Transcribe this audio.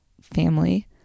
family